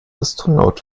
astronaut